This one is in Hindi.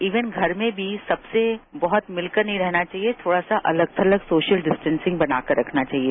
इवन घर में भी बहुत मिलकर नहीं रहना चाहिए थोड़ा सा अलग थलग सोशल डिस्टॅसिंग बनाकर रखना चाहिए